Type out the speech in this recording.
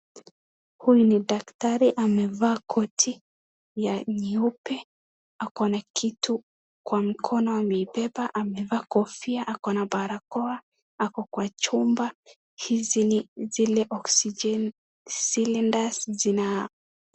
Huyu ni daktari amevaa koti ya nyeupe ako na kitu kwa mkono ameibeba amevaa kofia ako na barakoa ako kwa chumba ,hizi ni zile oksijeni cylinders zina,,,,